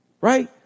Right